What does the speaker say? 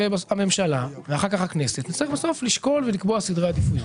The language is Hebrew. הממשלה ואחר כך הכנסת ננסה בסוף לשקול ולקבוע סדרי עדיפויות.